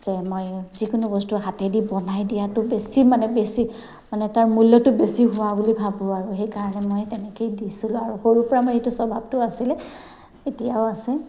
যে মই যিকোনো বস্তু হাতেদি বনাই দিয়াটো বেছি মানে বেছি মানে তাৰ মূল্যটো বেছি হোৱা বুলি ভাবোঁ আৰু সেইকাৰণে মই তেনেকেই দিছিলোঁ আৰু সৰুৰ পৰা মই এইটো স্বভাৱটো আছিলে এতিয়াও আছে